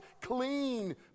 clean